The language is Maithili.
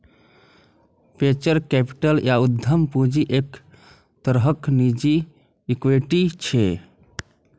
वेंचर कैपिटल या उद्यम पूंजी एक तरहक निजी इक्विटी छियै